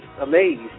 amazed